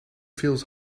feels